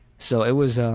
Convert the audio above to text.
so it was, ah